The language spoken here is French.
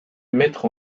mettre